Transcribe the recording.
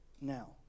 now